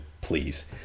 please